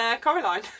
Coraline